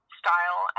style